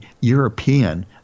European